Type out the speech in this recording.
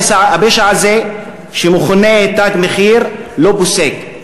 הפשע הזה שמכונה "תג מחיר" לא פוסק,